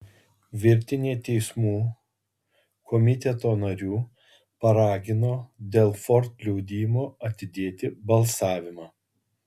virtinė teismų komiteto narių paragino dėl ford liudijimo atidėti balsavimą